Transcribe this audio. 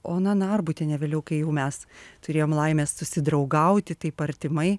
ona narbutienė vėliau kai jau mes turėjom laimės susidraugauti taip artimai